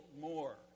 more